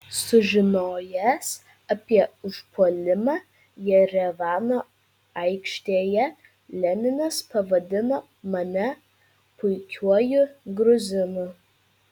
sužinojęs apie užpuolimą jerevano aikštėje leninas pavadino mane puikiuoju gruzinu